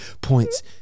points